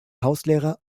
hauslehrer